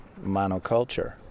monoculture